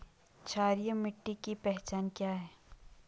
क्षारीय मिट्टी की पहचान क्या है?